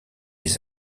les